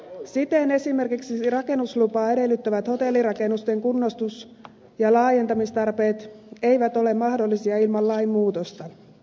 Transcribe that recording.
siten esimerkiksi rakennuslupaa edellyttävät hotellirakennusten kunnostus ja laajentamistarpeet eivät ole mahdollisia ilman lainmuutosta